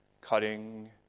cutting